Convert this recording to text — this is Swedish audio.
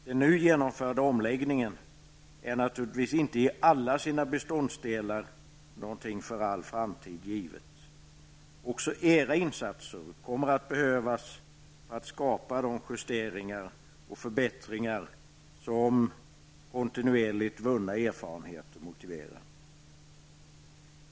Den nu genomförda omläggningen är naturligtvis inte i alla sina beståndsdelar något för all framtid givet. Också era insatser kommer att behövas för att skapa de justeringar och förbättringar som kontinuerligt vunna erfarenheter motiverar.